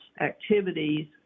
activities